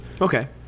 Okay